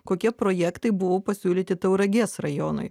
kokie projektai buvo pasiūlyti tauragės rajonui